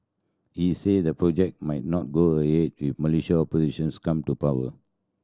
he said the project might not go ahead if Malaysia's opposition come to power